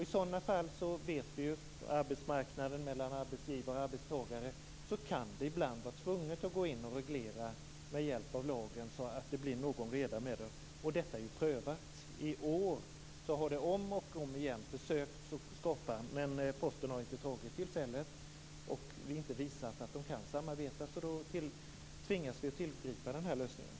I sådana fall vet vi ju att det på arbetsmarknaden mellan arbetsgivare och arbetstagare ibland kan vara nödvändigt att gå in och reglera med hjälp av lagen, så att det blir någon reda med det hela. Detta är ju prövat. I år har sådana försök gjorts om och om igen, men Posten har inte tagit tillfället att visa att man kan samarbeta. Därför tvingas vi att tillgripa den här lösningen.